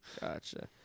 Gotcha